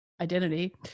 identity